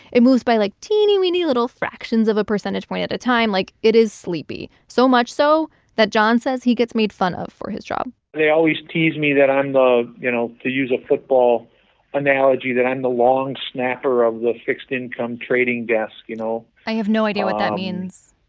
it moves by, like, teeny-weeny little fractions of a percentage point at a time. like, it is sleepy, so much so that john says he gets made fun of for his job they always tease me that i'm the, you know, to use a football analogy, that i'm the long snapper of the fixed income trading desk, you know? i have no idea what that means